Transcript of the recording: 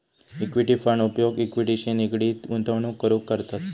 equity fund उपयोग इक्विटीशी निगडीत गुंतवणूक करूक करतत